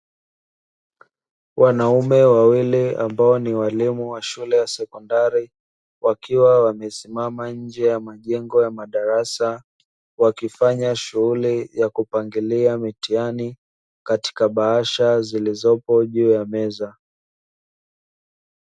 Wanaume wawili ambao ni walimu wa shule ya sekondari wakiwa wamesimama nje ya majengo ya madarasa, wakifanya shughuli ya kupangilia mitihani katika bahasha zilizopo juu ya meza.